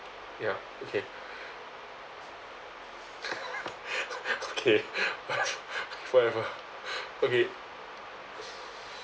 ya okay okay whatever okay